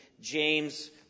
James